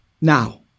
now